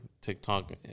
TikTok